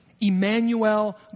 Emmanuel